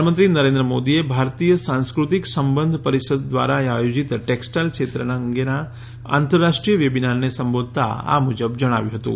પ્રધાનમંત્રી નરેન્દ્ર મોદીએ ભારતીય સાંસ્કૃતિક સંબંધ પરિષદ દ્વારા આયોજિત ટેક્સટાઈલ ક્ષેત્ર અંગેના આંતરરાષ્ટ્રીય વેબિનારને સંબોધતાં આ મુજબ જણાવ્યું હતું